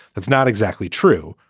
that's not exactly true.